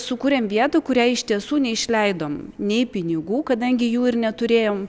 sukūrėm vietą kuriai iš tiesų neišleidom nei pinigų kadangi jų ir neturėjom